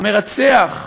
המרצח,